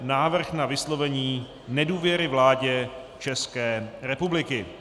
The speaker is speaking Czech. Návrh na vyslovení nedůvěry vládě České republiky